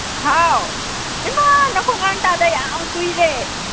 ꯍꯥꯎ ꯍꯩꯃꯥ ꯅꯈꯣꯟ ꯅꯍꯥꯟꯈꯩ ꯇꯥꯗ ꯌꯥꯝ ꯀꯨꯏꯔꯦ